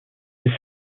des